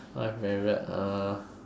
my favourite uh